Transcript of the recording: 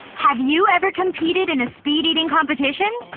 have you ever competed in a speed-eating competition?